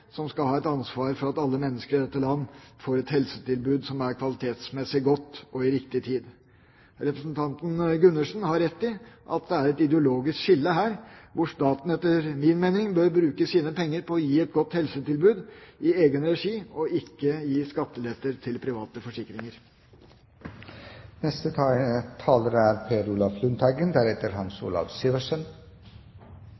som skal ha et ansvar for at alle mennesker i dette land får et helsetilbud som er kvalitetsmessig godt, og til riktig tid. Representanten Gundersen har rett i at det er et ideologisk skille her, hvor staten, etter min mening, bør bruke sine penger på å gi et godt helsetilbud i egen regi og ikke gi skatteletter til private